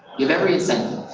you have every incentive.